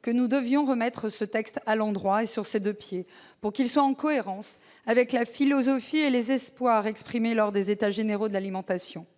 que nous devions remettre ce texte à l'endroit et sur ses deux pieds, pour qu'il soit en cohérence avec la philosophie et les espoirs exprimés lors des États généraux de l'alimentation.